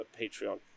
Patreon